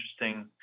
interesting